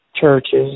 churches